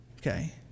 Okay